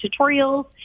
tutorials